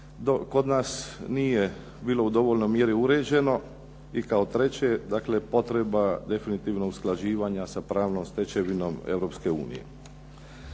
kod nas nije bilo u dovoljnoj mjeri uređeno i kao treće, dakle potreba definitivno usklađivanja sa pravnom stečevinom